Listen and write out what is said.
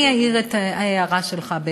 אני אעיר בהחלט את ההערה שלך.